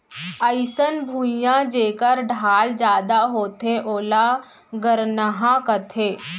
अइसन भुइयां जेकर ढाल जादा होथे ओला गरनहॉं कथें